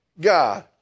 God